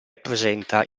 presenta